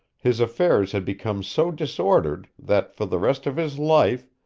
his affairs had become so disordered that, for the rest of his life,